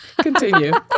Continue